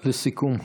לסיכום.